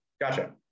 Gotcha